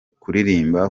kuririmba